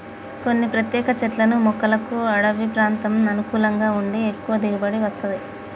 కొన్ని ప్రత్యేక చెట్లను మొక్కలకు అడివి ప్రాంతం అనుకూలంగా ఉండి ఎక్కువ దిగుబడి వత్తది